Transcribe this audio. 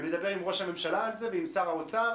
לדבר על זה עם ראש הממשלה ועם שר האוצר,